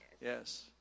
Yes